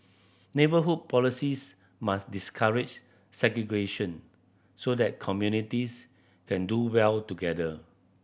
neighbourhood policies must discourage segregation so that communities can do well together